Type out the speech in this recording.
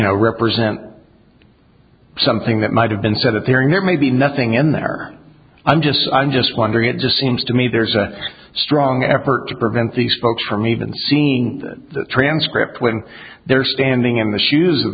know represent something that might have been said that there may be nothing in there i'm just i'm just wondering it just seems to me there's a strong effort to prevent these folks from even seeing that the transcript when they're standing in the shoes of